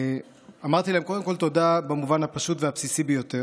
אמרתי להם קודם כול תודה במובן הפשוט והבסיסי ביותר.